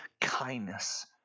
kindness